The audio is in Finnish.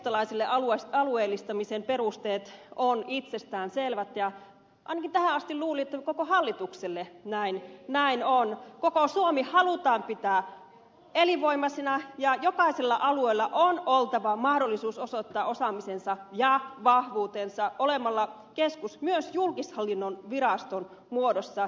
meille keskustalaisille alueellistamisen perusteet ovat itsestäänselvät ja ainakin tähän asti luulin että koko hallitukselle on koko suomi halutaan pitää elinvoimaisena ja jokaisella alueella on oltava mahdollisuus osoittaa osaamisensa ja vahvuutensa olemalla keskus myös julkishallinnon viraston muodossa